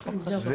זה חוק חשוב.